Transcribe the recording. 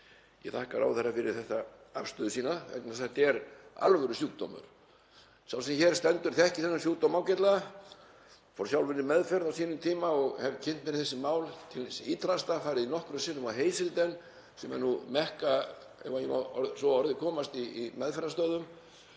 Ég þakka ráðherra fyrir þessa afstöðu sína vegna þess að þetta er alvörusjúkdómur. Sá sem hér stendur þekkir þennan sjúkdóm ágætlega. Ég fór sjálfur í meðferð á sínum tíma og hef kynnt mér þessi mál til hins ýtrasta, farið nokkrum sinnum á Hazelden sem er nú Mekka, ef ég má svo að orði komast, í meðferðarstöðvum